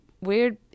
weird